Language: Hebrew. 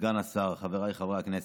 סגן השר, חבריי חברי הכנסת,